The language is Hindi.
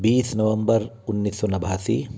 बीस नवंबर उन्नीस सौ नबासी